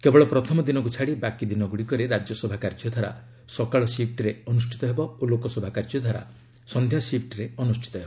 କେବଳ ପ୍ରଥମ ଦିନକୁ ଛାଡ଼ି ବାକି ଦିନଗୁଡ଼ିକରେ ରାଜ୍ୟସଭା କାର୍ଯ୍ୟଧାରା ସକାଳ ସିଫ୍ଟରେ ଅନୁଷ୍ଠିତ ହେବ ଓ ଲୋକସଭା କାର୍ଯ୍ୟଧାରା ସନ୍ଧ୍ୟା ସିଫ୍ଟରେ ଅନୁଷ୍ଠିତ ହେବ